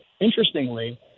interestingly